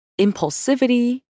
impulsivity